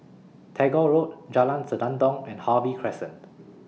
Tagore Road Jalan Senandong and Harvey Crescent